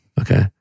Okay